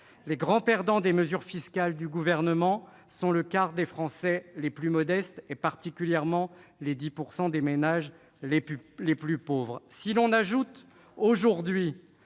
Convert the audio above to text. les grands perdants des mesures fiscales du Gouvernement sont les 25 % de Français les plus modestes, particulièrement les 10 % de ménages les plus pauvres. Si l'on ajoute le fait que